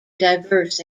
diverse